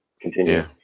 continue